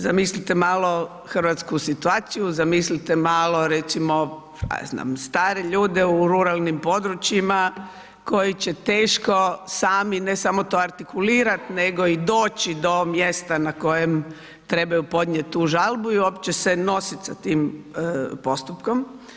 Zamislite malo hrvatsku situaciju, zamislite malo recimo, šta ja znam, stare ljude u ruralnim područjima koji će teško sami ne samo artikulirat nego i doći do mjesta na kojem trebaju podnijet tu žalbu i uopće se nosit sa tim postupkom.